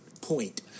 point